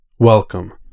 Welcome